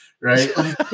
Right